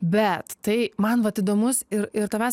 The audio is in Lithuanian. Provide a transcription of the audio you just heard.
bet tai man vat įdomus ir ir tavęs